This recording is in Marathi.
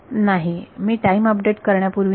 नाही मी टाइम अपडेट करण्यापूर्वी नाही